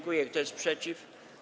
Kto jest przeciw?